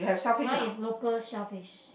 mine is local shellfish